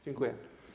Dziękuję.